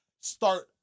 start